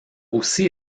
aussi